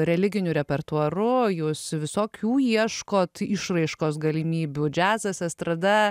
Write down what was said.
religiniu repertuaru jūs visokių ieškot išraiškos galimybių džiazas estrada